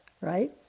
right